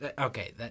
Okay